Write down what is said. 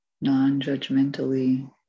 non-judgmentally